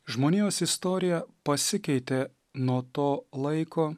žmonijos istorija pasikeitė nuo to laiko